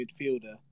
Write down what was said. midfielder